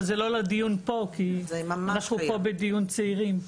אבל זה לא לדיון פה כי אנחנו בדיון על צעירים.